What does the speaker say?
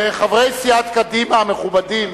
חברי סיעת קדימה המכובדים,